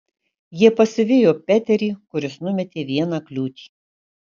jie pasivijo peterį kuris numetė vieną kliūtį